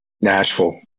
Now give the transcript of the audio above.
Nashville